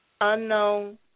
Unknown